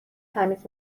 تمیز